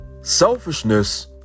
Selfishness